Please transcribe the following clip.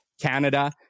Canada